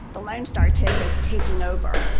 the lone star tick is taking over.